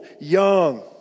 young